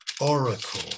oracle